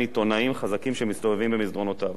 עיתונאים חזקים שמסתובבים במסדרונותיו,